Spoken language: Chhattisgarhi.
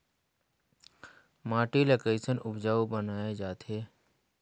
माटी ला कैसन उपजाऊ बनाय जाथे?